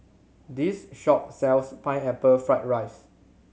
this shop sells Pineapple Fried rice